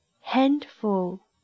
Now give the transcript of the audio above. Handful